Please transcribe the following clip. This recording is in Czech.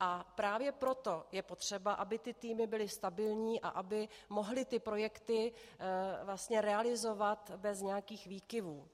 A právě proto je potřeba, aby ty týmy byly stabilní a aby mohly projekty realizovat bez nějakých výkyvů.